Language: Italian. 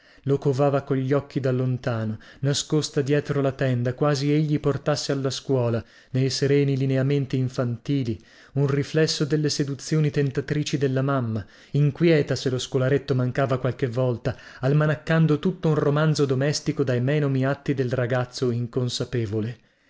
lo covava cogli occhi da lontano nascosta dietro la tenda quasi egli portasse alla scuola nei sereni lineamenti infantili un riflesso delle seduzioni tentatrici della mamma inquieta se lo scolaretto mancava qualche volta almanaccando tutto un romanzo domestico dai menomi atti del ragazzo inconsapevole